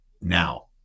now